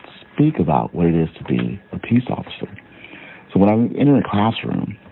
speak about what it is to be a peace officer so when i entered the classroom,